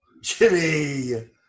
Jimmy